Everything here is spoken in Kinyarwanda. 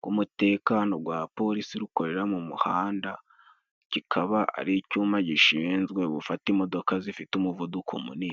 gw'umutekano gwa polisi rukorera mu muhanda, cikaba ari icuma gishinzwe gufata imodoka zifite umuvuduko munini.